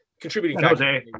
contributing